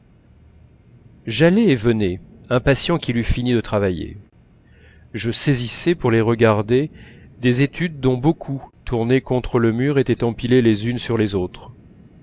j'allais et venais impatient qu'il eût fini de travailler je saisissais pour les regarder des études dont beaucoup tournées contre le mur étaient empilées les unes sur les autres